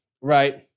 right